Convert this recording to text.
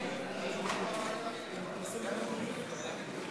שלוש דקות.